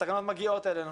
התקנות מגיעות אלינו.